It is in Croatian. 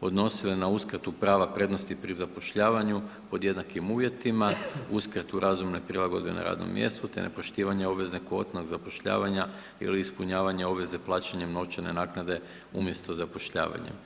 odnosile na uskratu prava prednosti pri zapošljavanju pod jednakim uvjetima, uskratu razumne prilagodbe na radnom mjestu te nepoštivanja obveze kvotnog zapošljavanja ili ispunjavanja obveze plaćanjem novčane naknade umjesto zapošljavanja.